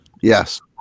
yes